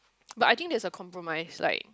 but I think there is a compromise like